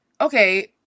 okay